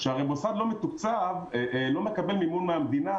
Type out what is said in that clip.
שהרי מוסד לא מתוקצב לא מקבל מימון מהמדינה,